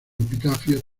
epitafios